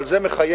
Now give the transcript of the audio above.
אבל זה מחייב,